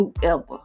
whoever